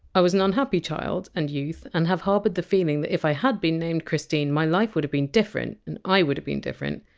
i was an unhappy child and youth and have harboured the feeling that if i had been named christine, my life would have been different and i would have been different.